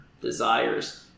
desires